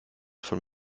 von